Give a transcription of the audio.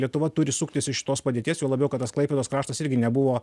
lietuva turi suktis iš šitos padėties juo labiau kad tas klaipėdos kraštas irgi nebuvo